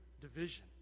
division